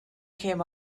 came